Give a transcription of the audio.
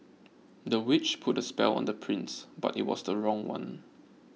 the witch put a spell on the prince but it was the wrong one